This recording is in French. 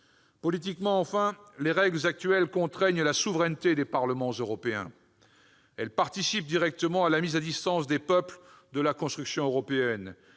Politiquement, enfin, les règles actuelles contraignent la souveraineté des parlements européens. Elles participent directement à la mise à distance des peuples de la construction européenne.